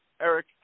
Eric